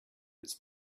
its